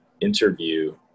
interview